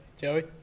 Joey